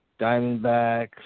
Diamondbacks